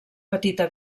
petita